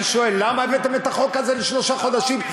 אני שואל: למה הבאתם את החוק לשלושה חודשים,